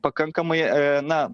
pakankamai na